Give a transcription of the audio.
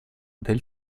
del